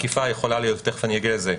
עקיפה יכולה להיות מאוד